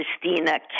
Christina